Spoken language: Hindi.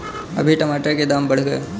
अभी टमाटर के दाम बढ़ गए